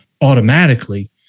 automatically